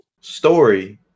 story